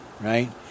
right